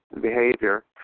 behavior